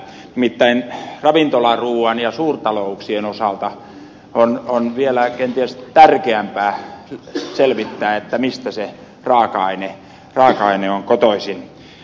nimittäin ravintolaruuan ja suurtalouksien osalta on kenties vielä tärkeämpää selvittää mistä se raaka aine on kotoisin